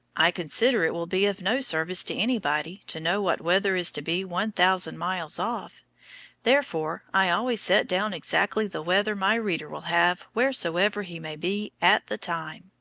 i consider it will be of no service to anybody to know what weather is to be one thousand miles off therefore, i always set down exactly the weather my reader will have wheresoever he may be at the time.